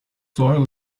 soil